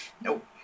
Nope